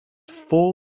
four